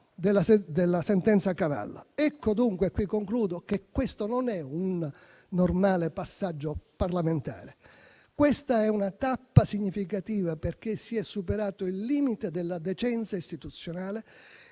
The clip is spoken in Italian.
della sentenza Cavallo. Ecco, dunque, che questo non è un normale passaggio parlamentare. Questa è una tappa significativa, perché si è superato il limite della decenza istituzionale,